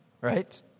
Right